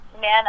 man